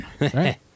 Right